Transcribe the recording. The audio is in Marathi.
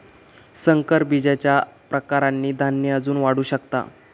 संकर बीजच्या प्रकारांनी धान्य अजून वाढू शकता